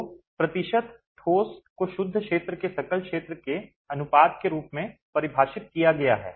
तो प्रतिशत ठोस को शुद्ध क्षेत्र के सकल क्षेत्र के अनुपात के रूप में परिभाषित किया गया है